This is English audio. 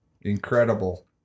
incredible